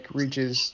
reaches